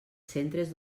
centres